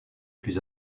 plus